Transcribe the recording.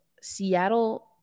Seattle